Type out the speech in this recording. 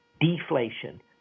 deflation